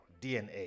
DNA